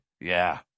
Yeah